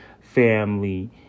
family